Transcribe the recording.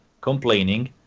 complaining